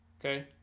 Okay